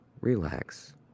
relax